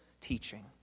teaching